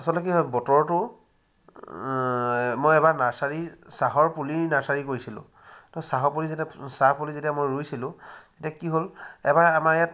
আচলতে কি হয় বতৰটো মই এবাৰ নাৰ্ছাৰী চাহৰ পুলি নাৰ্ছাৰী কৰিছিলোঁ তো চাহৰ পুলি যেতিয়া চাহ পুলি যেতিয়া মই ৰুইছিলোঁ তেতিয়া কি হ'ল এবাৰ আমাৰ ইয়াত